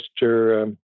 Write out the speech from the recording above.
Mr